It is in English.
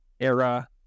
era